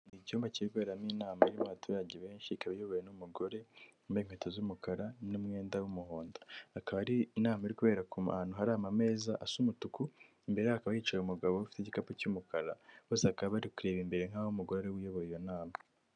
Ni icyumba kiri kuberamo inama irimo abaturage benshi, ikaba iyobowe n'umugore wambaye inkweto z'umukara, n'umwenda w'umuhondo, akaba ari inama iri kubera ahantu hari ama meza asa umutuku, imbere hakaba hicaye umugabo ufite igikapu cy'umukara, bose bakaba bari kureba imbere nkaho umugore ariwe uyoboye iyo nama.